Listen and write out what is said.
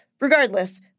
regardless